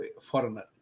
foreigner